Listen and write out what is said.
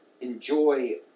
enjoy